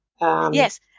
Yes